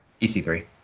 EC3